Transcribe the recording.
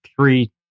three